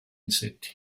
insetti